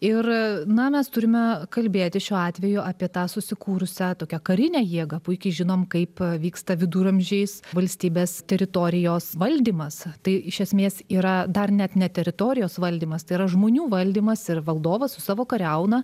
ir na mes turime kalbėti šiuo atveju apie tą susikūrusią tokią karinę jėgą puikiai žinom kaip vyksta viduramžiais valstybės teritorijos valdymas tai iš esmės yra dar net ne teritorijos valdymas tai yra žmonių valdymas ir valdovas su savo kariauna